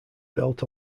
built